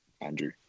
Andrew